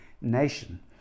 nation